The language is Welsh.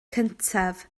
cyntaf